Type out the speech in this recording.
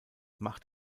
macht